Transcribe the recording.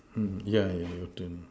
yeah yeah